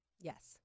Yes